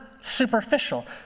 superficial